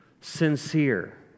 sincere